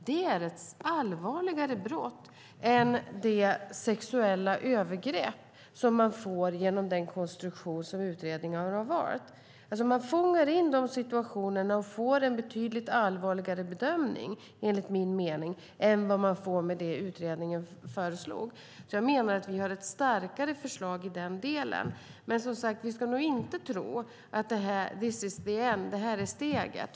Det är ett allvarligare brott än det "sexuella övergrepp" som man får genom den konstruktion som utredningen har valt. Man fångar alltså in dessa situationer och får en betydligt allvarligare bedömning, enligt min mening, än vad man får med det utredningen föreslog. Jag menar att vi därför har ett starkare förslag i denna del. Vi ska dock inte tro att detta är slutet.